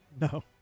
No